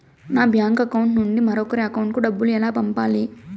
నా bank account నుండి మరొకరి అకౌంట్ కు డబ్బులు ఎలా పంపాలి